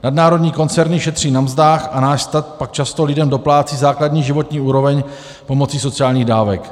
Nadnárodní koncerny šetří na mzdách a náš stát pak často lidem doplácí základní životní úroveň pomocí sociálních dávek.